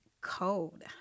cold